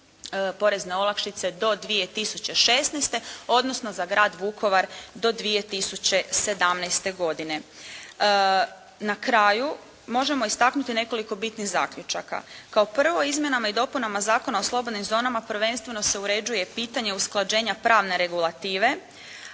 porezne olakšice do 2016. odnosno za grad Vukovar do 2017. godine. Na kraju možemo istaknuti nekoliko bitnih zaključaka. Kao prvo Izmjenama i dopunama Zakona o slobodnim zonama prvenstveno se uređuje pitanje usklađenja pravne regulative,